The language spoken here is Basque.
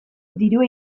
dirua